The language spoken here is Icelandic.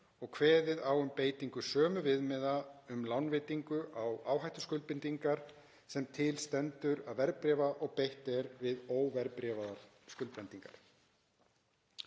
og kveðið á um beitingu sömu viðmiða um lánveitingu á áhættuskuldbindingar sem til stendur að verðbréfa og beitt er á óverðbréfaðar skuldbindingar.